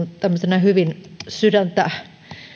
tämmöisenä hyvin sydäntä